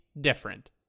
different